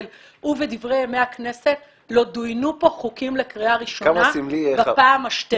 ובדברי ימי הכנסת לא דוינו פה חוקים לקריאה ראשונה בפעם ה-12.